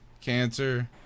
cancer